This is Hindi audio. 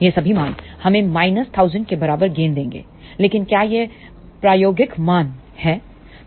ये सभी मान हमें माइनस 1000 के बराबर गेन देंगे लेकिन क्या ये प्रायोगिक मान हैं